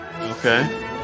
Okay